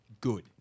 good